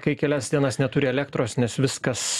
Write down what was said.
kai kelias dienas neturi elektros nes viskas